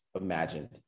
imagined